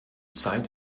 zeit